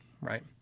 right